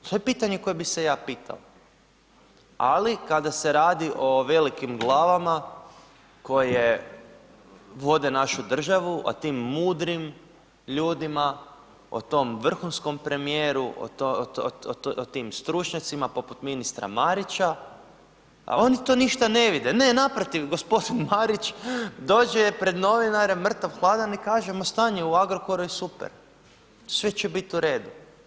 To je pitanje koje bi seja pitao ali kada se radi o velikim glavama koje vode našu državu, o tim mudrim ljudima, o tom vrhunskom premijeru, o tim stručnjacima poput ministra Marića, a oni to ništa ne vide, ne, na protiv, g. Marić dođe pred novinare, mrtav hladan i kaže stanje ma stanje u Agrokoru je super, sve će bit u redu.